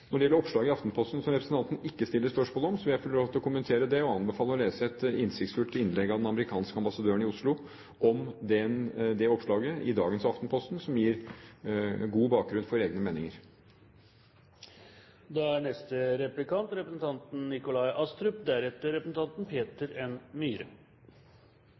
gjelder oppslaget i Aftenposten som representanten ikke stiller spørsmål om, må jeg få lov til å kommentere det, og anbefale ham å lese et innsiktsfullt innlegg fra den amerikanske ambassadøren i Oslo. Det oppslaget i dagens Aftenposten gir god bakgrunn for egne meninger. Det er